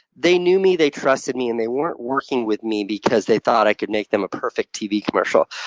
they knew me, they trusted me, and they weren't working with me because they thought i could make them a perfect tv commercial.